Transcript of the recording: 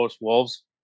Wolves